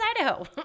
Idaho